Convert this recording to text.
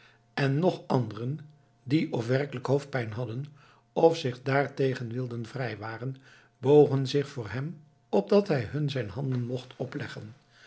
en nog anderen die of werkelijk hoofdpijn hadden of zich daartegen wilden vrijwaren bogen zich voor hem opdat hij hun zijn handen mocht opleggen